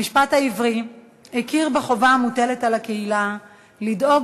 המשפט העברי הכיר בחובה המוטלת על הקהילה לדאוג